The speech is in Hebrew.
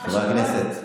חברי הכנסת,